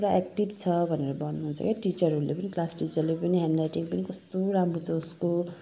पुरा एक्टिभ छ भनेर भन्नुहुन्छ के टिचरहरूले पनि क्लास टिचरले पनि ह्यान्डराइटिङ पनि कस्तो राम्रो छ उसको